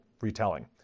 retelling